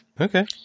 Okay